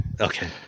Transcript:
okay